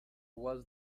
was